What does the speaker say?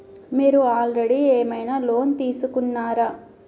మీరు ఆల్రెడీ ఏమైనా లోన్ తీసుకున్నారా?